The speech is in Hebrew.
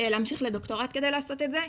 להמשיך לדוקטורט כדי לעשות את זה.